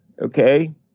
Okay